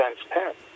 transparent